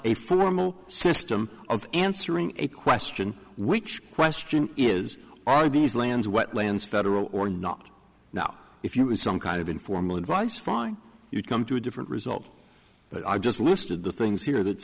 a formal system of answering a question which question is are these lands wetlands federal or not now if you had some kind of informal advice fine you come to a different result but i just listed the things here that